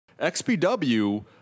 XPW